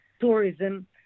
tourism